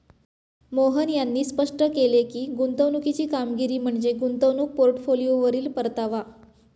मोहन यांनी स्पष्ट केले की, गुंतवणुकीची कामगिरी म्हणजे गुंतवणूक पोर्टफोलिओवरील परतावा